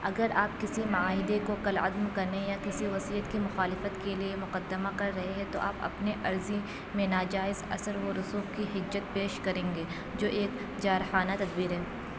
اگر آپ کسی معاہدے کو کالعدم کرنے یا کسی وصیت کی مخالفت کے لیے مقدمہ کر رہے ہیں تو آپ اپنی عرضی میں ناجائز اثر و رسوخ کی حجت پیش کریں گے جو ایک جارحانہ تدبیر ہے